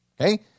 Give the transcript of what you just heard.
Okay